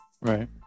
right